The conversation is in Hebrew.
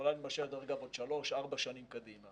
שיכולה להימשך עוד שלוש-ארבע שנים קדימה